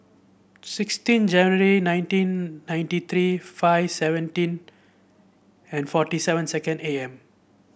sixteen January nineteen ninety three five seventeen and forty seven second A M